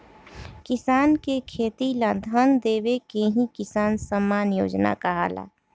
किसान के खेती ला धन देवे के ही किसान सम्मान योजना कहाला